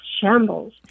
shambles